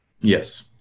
Yes